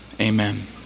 amen